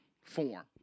form